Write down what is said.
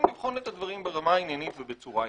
לבחון את הדברים ברמה העניינית ובצורה עניינית.